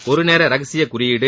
ஒரு நேர ரகசிய குறியீடு